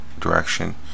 direction